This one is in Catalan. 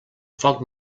foc